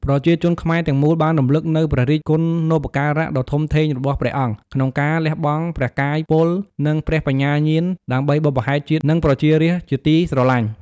ប្រជាជនខ្មែរទាំងមូលបានរម្លឹកនូវព្រះរាជគុណូបការៈដ៏ធំធេងរបស់ព្រះអង្គ ក្នុងការលះបង់ព្រះកាយពល និងព្រះបញ្ញាញាណ ដើម្បីបុព្វហេតុជាតិ និងប្រជារាស្ត្រជាទីស្រឡាញ់។